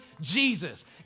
Jesus